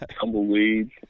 tumbleweeds